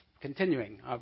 continuing